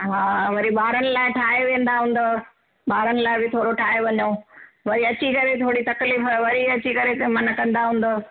हा वरी ॿारनि लाइ ठाहे वेंदा हूंदव ॿारनि लाइ बि ठाहे वञो वरी अची करे थोरी तकलीफ़ वरी अची करे त माना कंदा हूंदव